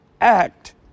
act